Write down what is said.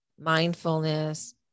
mindfulness